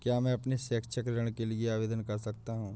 क्या मैं अपने शैक्षिक ऋण के लिए आवेदन कर सकता हूँ?